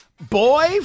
boy